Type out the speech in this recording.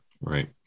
right